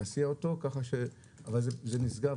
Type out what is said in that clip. אבל זה נסגר.